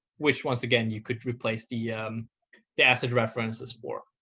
which once again you could replace the um the asset references for.